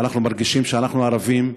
אנחנו מרגישים שאנחנו ערבים,